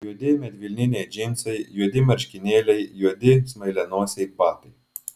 juodi medvilniniai džinsai juodi marškinėliai juodi smailianosiai batai